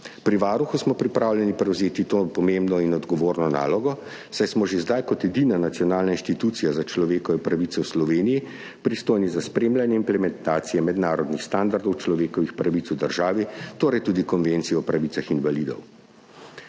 Pri Varuhu smo pripravljeni prevzeti to pomembno in odgovorno nalogo, saj smo že zdaj kot edina nacionalna inštitucija za človekove pravice v Sloveniji pristojni za spremljanje implementacije mednarodnih standardov človekovih pravic v državi, torej tudi Konvencije o pravicah invalidov.